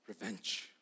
Revenge